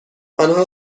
آنها